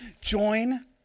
Join